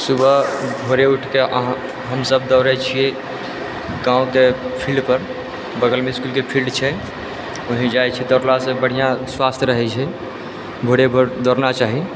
सुबह भोरे उठि कए अहाँ हमसब दौड़ै छियै गाँवके फील्डपर बगलमे इसकुलके फील्ड छै वहीँ जाइ छियै दौड़लासँ बढ़िआँ स्वास्थ ठीक रहै छै भोरे भोर दौड़ना चाही